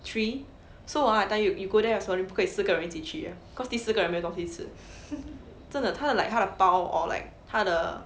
three so ah I tell you you go there 的时候不可以四个人一起去 cause 第四个人没有东西吃真的他的 like 他的包 or like 他的